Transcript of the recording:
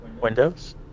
Windows